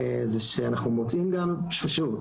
אנחנו מוצאים גם ששוב,